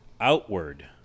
outward